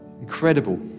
incredible